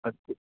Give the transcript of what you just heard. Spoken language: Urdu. اچکے